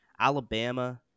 Alabama